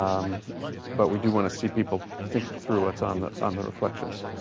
um but we do want to see people thinking through what's on the on the reflections.